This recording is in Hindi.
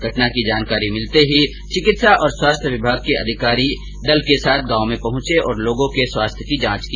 घटना की जानकारी मिलते ही चिकित्सा और स्वास्थ्य अधिकारी चिकित्सकों के दल के साथ गांव में पहुंच गए और लोगों के स्वास्थ्य की जांच की